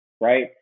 right